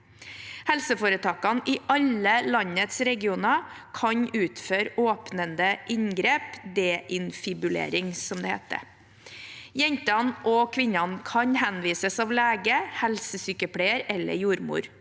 Helseforetakene i alle landets regioner kan utføre åpnende inngrep – deinfibulasjon. Jentene og kvinnene kan henvises av lege, helsesykepleier eller jordmor.